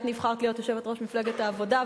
את נבחרת להיות יושבת-ראש מפלגת העבודה,